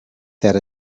that